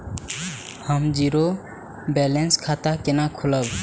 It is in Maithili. हम जीरो बैलेंस खाता केना खोलाब?